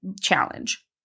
challenge